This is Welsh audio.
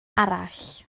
arall